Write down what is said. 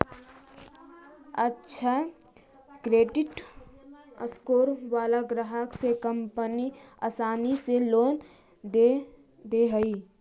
अक्षय credit score वाला ग्राहक के कंपनी आसानी से लोन दे दे हइ